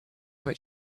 but